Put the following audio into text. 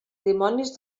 dimonis